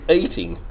eating